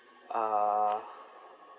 uh